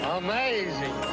amazing